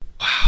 wow